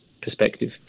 perspective